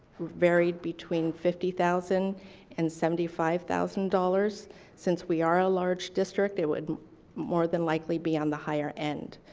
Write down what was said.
varied between fifty thousand dollars and seventy five thousand dollars since we are a large district. it would more than likely be on the higher end.